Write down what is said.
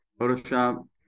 Photoshop